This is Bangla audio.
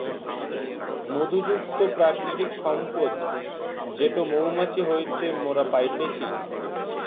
মধু যুক্ত প্রাকৃতিক সম্পদ যেটো মৌমাছি হইতে মোরা পাইতেছি